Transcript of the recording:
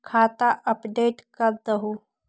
खाता अपडेट करदहु?